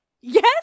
yes